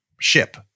ship